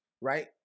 right